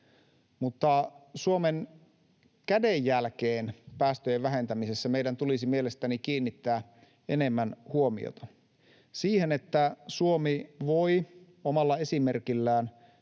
mutta Suomen kädenjälkeen päästöjen vähentämisessä meidän tulisi mielestäni kiinnittää enemmän huomiota, siihen, että Suomi voi omalla esimerkillään